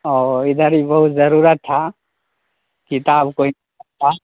او ادھر بھی بہت ضرورت تھا کتاب کوئی